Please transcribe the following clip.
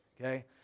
okay